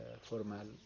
formal